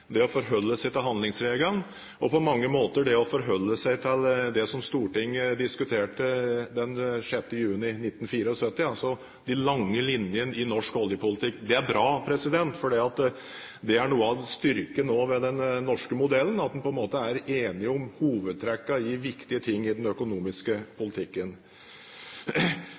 det å forholde seg til handlingsregelen og på mange måter det å forholde seg til det som Stortinget diskuterte den 6. juni 1974, altså de lange linjene i norsk oljepolitikk. Det er bra, for noe av styrken ved den norske modellen er at en er enig om hovedtrekkene i viktige ting i den økonomiske politikken.